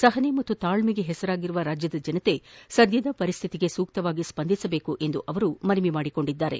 ಸಹನೆ ಮತ್ತು ತಾಳ್ಮೆಗೆ ಹೆಸರಾದ ರಾಜ್ಯದ ಜನತೆ ಸದ್ಯದ ಪರಿಸ್ತಿತಿಗೆ ಸೂಕ್ತವಾಗಿ ಸ್ಪಂದಿಸಬೇಕು ಎಂದು ಮನವಿ ಮಾಡಿದ್ದಾರೆ